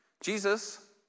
Jesus